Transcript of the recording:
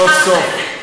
סוף-סוף.